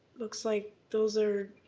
looks like those are